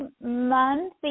month